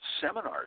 seminars